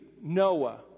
Noah